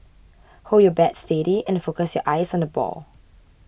hold your bat steady and focus your eyes on the ball